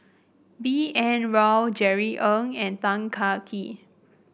B N Rao Jerry Ng and Tan Kah Kee